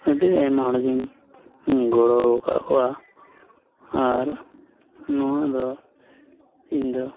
ᱟᱹᱰᱤ ᱟᱭᱢᱟ ᱦᱚᱲᱜᱮᱧ ᱜᱚᱲᱚ ᱟᱠᱟᱫ ᱠᱚᱣᱟ ᱟᱨ ᱱᱚᱣᱟ ᱫᱚ ᱤᱧᱫᱚ